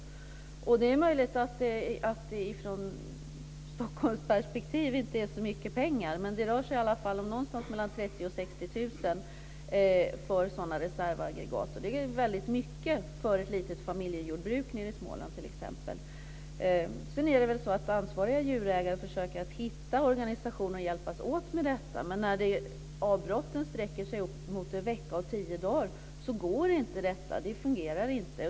Det är möjligt att det i Stockholmsperspektiv inte handlar om så mycket pengar. Men det rör sig i alla fall om någonstans mellan 30 000 och 60 000 kronor för sådana här reservaggregat. Det är väldigt mycket för ett litet familjejordbruk nere i Småland t.ex. Sedan är det väl så att ansvariga djurägare försöker hitta organisationer och hjälpas åt med detta. Men när avbrotten sträcker sig upp mot en vecka och tio dagar går det inte. Det fungerar inte.